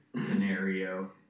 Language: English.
scenario